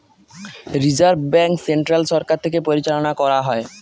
reserve bank central সরকার থেকে পরিচালনা করা হয়